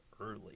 early